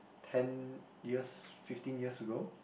ten years fifteen years ago